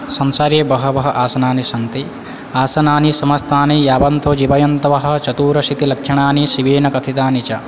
संसारे बहवः आसनानि सन्ति आसनानि समस्तानि यावन्तो जिवयन्तवः चतूरशीतिलक्षणानि शिवेन कथितानि च